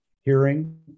hearing